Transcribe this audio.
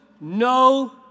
no